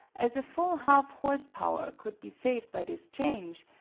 as a full half-horse-power could be saved by this change,